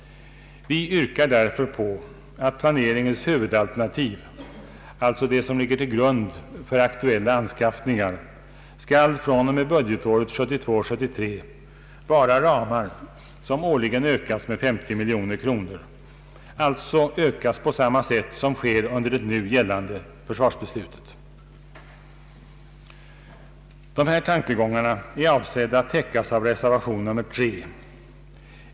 Vi yrkar därför på att planeringens huvudalternativ — alltså det som ligger till grund för aktuella anskaffningar — skall fr.o.m. budgetåret 1972/73 vara ramar som årligen ökas med 50 miljoner kronor, d.v.s. på samma sätt som sker enligt det nu gällande försvarsbeslutet. De här tankegångarna är avsedda att täckas av reservation nr 3.